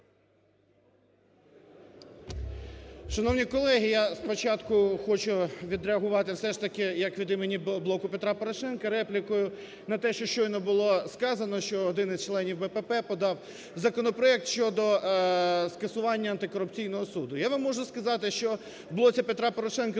Шановні колеги, я спочатку хочу відреагувати все ж таки як від імені "Блоку Петра Порошенка" реплікою на те, що щойно було сказано, що один із членів "БПП" подав законопроект щодо скасування антикорупційного суду. Я вам можу сказати, що в "Блоці Петра Порошенка"